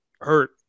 hurt